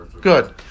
Good